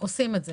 עושים את זה.